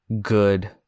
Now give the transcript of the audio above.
good